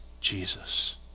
Jesus